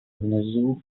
внизу